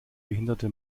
behinderte